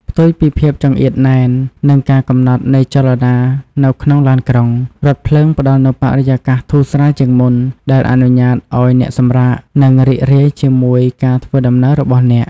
ផ្ទុយពីភាពចង្អៀតណែន និងការកំណត់នៃចលនានៅក្នុងឡានក្រុង រថភ្លើងផ្ដល់នូវបរិយាកាសធូរស្រាលជាងមុន ដែលអនុញ្ញាតឱ្យអ្នកសម្រាក និងរីករាយជាមួយការធ្វើដំណើររបស់អ្នក។